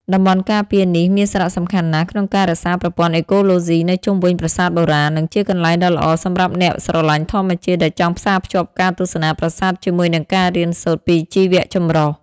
តំបន់ការពារនេះមានសារៈសំខាន់ណាស់ក្នុងការរក្សាប្រព័ន្ធអេកូឡូស៊ីនៅជុំវិញប្រាសាទបុរាណ និងជាកន្លែងដ៏ល្អសម្រាប់អ្នកស្រឡាញ់ធម្មជាតិដែលចង់ផ្សារភ្ជាប់ការទស្សនាប្រាសាទជាមួយនឹងការរៀនសូត្រពីជីវៈចម្រុះ។